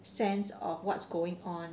sense of what's going on